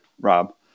rob